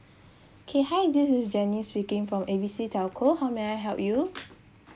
okay hi this is janice speaking from A B C telco how may I help you